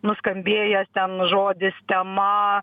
nuskambėjęs ten žodis tema